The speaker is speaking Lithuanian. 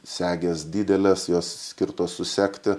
segės didelės jos skirtos susegti